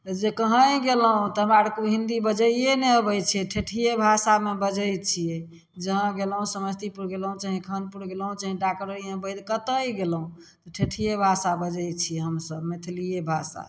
जे कहीँ गेलहुँ तऽ हम आरके हिन्दी बजैए नहि अबै छै ठेठिए भाषामे बजै छिए जहाँ गेलहुँ समस्तीपुर गेलहुँ चाहे खानपुर गेलहुँ चाहे डाकटरे वैद कतइ गेलहुँ ठेठिए भाषा बजै छी हमसभ मैथिलिए भाषा